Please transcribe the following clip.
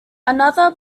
another